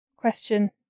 question